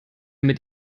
mit